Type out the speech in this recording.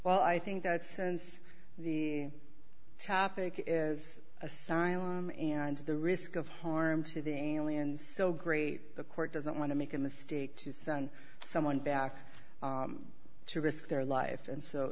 well i think that since the topic is a cylon and the risk of harm to the aliens so great the court doesn't want to make a mistake to send someone back to risk their life and so